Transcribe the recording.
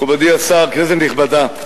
מכובדי השר, כנסת נכבדה,